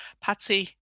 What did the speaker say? Patsy